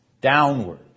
downward